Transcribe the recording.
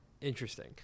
Interesting